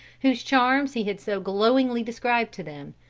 whose charms he had so glowingly described to them.